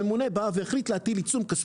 הממונה בא והחליט להטיל עיצום כספי.